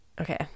Okay